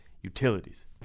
utilities